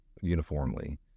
uniformly